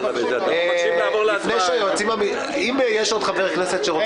יש עוד חבר כנסת שרוצה